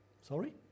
Sorry